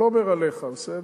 אני לא אומר עליך, בסדר?